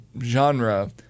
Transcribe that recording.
genre